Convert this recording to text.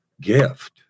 gift